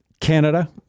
Canada